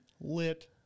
lit